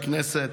חבר הכנסת,